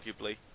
arguably